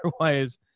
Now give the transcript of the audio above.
Otherwise